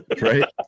Right